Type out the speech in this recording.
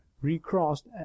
recrossed